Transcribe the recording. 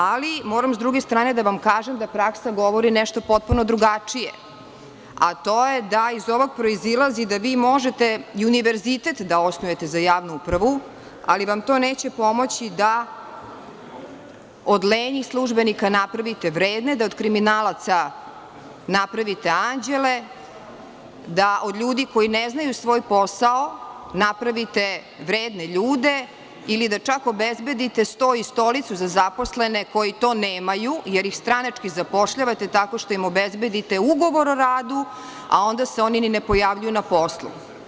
Ali, s druge strane moram da vam kažem da praksa govori nešto potpuno drugačije, a to je da iz ovog proizilazi da vi možete i univerzitet da osnujete za javnu upravu, ali vam to neće pomoći da od lenjih službenika napravite vredne, da od kriminalaca napravite anđele, da od ljudi koji ne znaju svoj posao napravite vredne ljude ili da čak obezbedite sto i stolicu za zaposlene koji to nemaju, jer ih stranački zapošljavate tako što im obezbedite ugovor o radu, a onda se oni i ne pojavljuju na poslu.